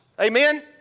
Amen